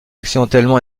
accidentellement